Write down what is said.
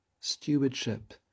stewardship